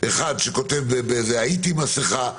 אחד כותב: הייתי במסכה,